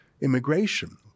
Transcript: immigration